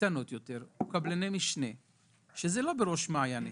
קטנות יותר וקבלני משנה שזה לא בראש מעייניהם.